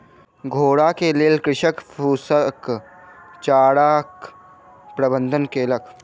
घोड़ा के लेल कृषक फूसक चाराक प्रबंध केलक